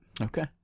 Okay